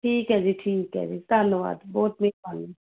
ਠੀਕ ਹੈ ਜੀ ਠੀਕ ਹੈ ਜੀ ਧੰਨਵਾਦ ਬਹੁਤ ਮੇਹਰਬਾਨੀ